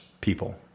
people